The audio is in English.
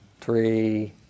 three